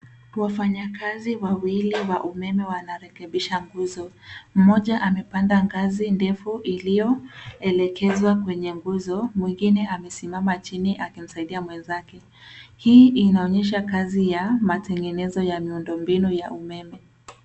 Wafanyakazi wawili wa umeme wanarekebisha nguzo. Mmoja amepanda ngazi ndefu iliyoelekezwa kwenye nguzo. Mwigine amesimama chini akimsaidia mwenzake. Hii inaonyesha kazi ya matengenezo ya miundombinu ya umeme.